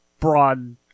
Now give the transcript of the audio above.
broad